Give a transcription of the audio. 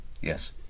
Yes